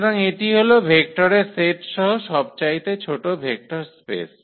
সুতরাং এটি হল ভেক্টরের সেট সহ সবচাইতে ছোট ভেক্টর স্পেস